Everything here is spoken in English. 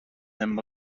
him